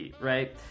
right